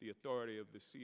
the authority of the